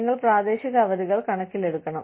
നിങ്ങൾ പ്രാദേശിക അവധികൾ കണക്കിലെടുക്കണം